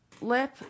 lip